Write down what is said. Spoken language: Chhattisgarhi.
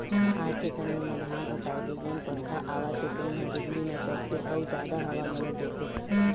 आज के समे म धान ओसाए के जेन पंखा आवत हे तेन ह बिजली म चलथे अउ जादा हवा घलोक देथे